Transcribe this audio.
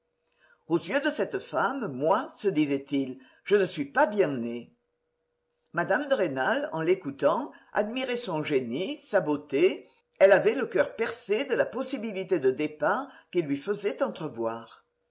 aux yeux de cette femme moi se disait-il je ne suis pas bien né mme de rênal en l'écoutant admirait son génie sa beauté elle avait le coeur percé de la possibilité de départ qu'il lui faisait